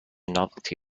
novelty